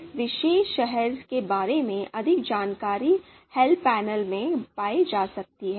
इस विशेष शहर के बारे में अधिक जानकारी हेल्प पैनल में पाई जा सकती है